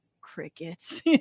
crickets